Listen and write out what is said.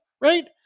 right